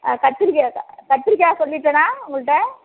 ஆ கத்திரிக்காய் க கத்திரிக்காய் சொல்லிவிட்டேன்னா உங்கள்ட்ட